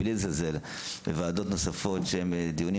בלי לזלזל בוועדות נוספות שבהן יש דיונים